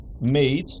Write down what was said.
made